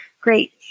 great